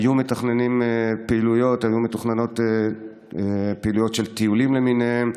היו מתוכננות פעילויות, טיולים למיניהם.